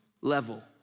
level